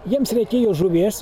jiems reikėjo žuvies